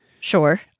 Sure